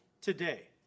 today